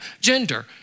gender